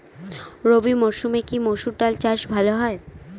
রবি মরসুমে কি মসুর ডাল চাষ ভালো হয়?